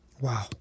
Wow